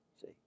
See